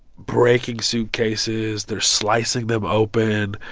breaking suitcases. they're slicing them open.